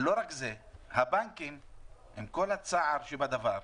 לא רק זה אלא שהבנקים עם כל הצער שבדבר,